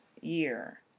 year